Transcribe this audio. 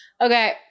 Okay